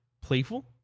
playful